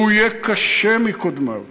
והוא יהיה קשה מקודמיו.